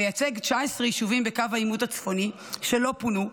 המייצג 19 יישובים בקו העימות הצפוני שלא פונו,